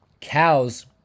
cows